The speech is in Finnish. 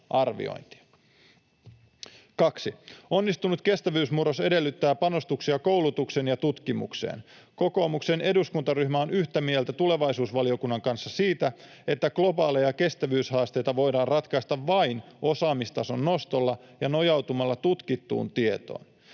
2) Onnistunut kestävyysmurros edellyttää panostuksia koulutukseen ja tutkimukseen. Kokoomuksen eduskuntaryhmä on yhtä mieltä tulevaisuusvaliokunnan kanssa siitä, että globaaleja kestävyyshaasteita voidaan ratkaista vain osaamistason nostolla ja nojautumalla tutkittuun tietoon.